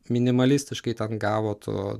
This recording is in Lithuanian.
minimalistiškai ten gavo to